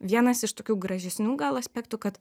vienas iš tokių gražesnių gal aspektų kad